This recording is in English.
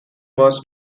was